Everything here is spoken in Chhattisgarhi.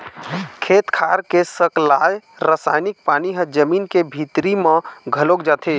खेत खार के सकलाय रसायनिक पानी ह जमीन के भीतरी म घलोक जाथे